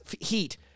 heat